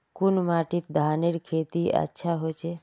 कुन माटित धानेर खेती अधिक होचे?